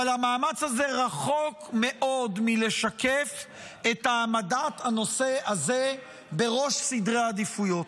אבל המאמץ הזה רחוק מאוד מלשקף את העמדת הנושא הזה בראש סדרי העדיפויות.